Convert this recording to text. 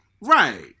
Right